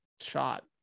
shot